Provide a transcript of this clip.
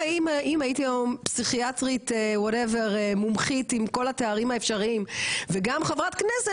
אם הייתי היום פסיכיאטרית מומחית עם כל התארים האפשריים וגם חברת כנסת,